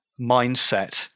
mindset